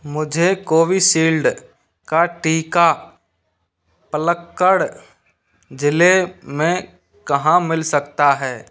मुझे कोवीशील्ड का टीका पालक्काड ज़िले में कहाँ मिल सकता है